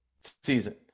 season